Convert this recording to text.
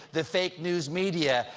the fake news media.